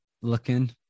looking